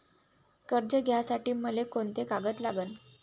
कर्ज घ्यासाठी मले कोंते कागद लागन?